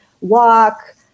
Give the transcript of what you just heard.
walk